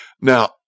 Now